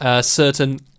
certain